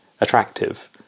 attractive